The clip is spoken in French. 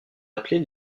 appelés